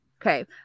Okay